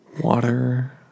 water